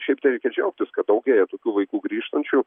šiaip tai reikia džiaugtis kad daugėja tokių vaikų grįžtančių